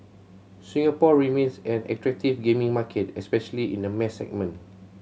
Singapore remains an attractive gaming market especially in the mass segment